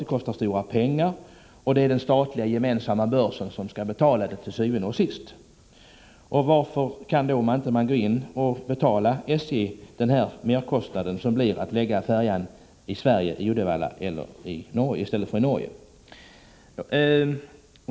Den kostar mycket pengar, och til syvende og sidst är det ur den gemensamma statliga börsen som dessa pengar skall tas. Varför skulle man då inte ha kunnat ersätta SJ för merkostnaden vid en beställning av färjan i Sverige, dvs. i Uddevalla, i stället för i Norge?